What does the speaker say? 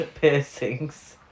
piercings